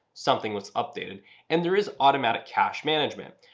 something was updated and there is automatic cache management.